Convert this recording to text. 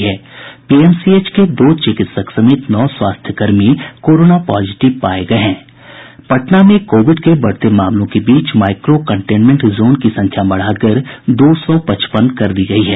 PMCH के दो चिकित्सक समेत नौ स्वास्थ्य कर्मी कोरोना पॉजिटिव पाये गये हैं पटना में कोविड के बढ़ते मामलों के बीच माइक्रो कंटेनमेंट जोन की संख्या बढ़ा कर दो सौ पचपन कर दी गयी है